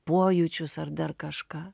pojūčius ar dar kažką